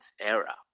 era